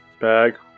bag